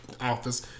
office